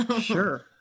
sure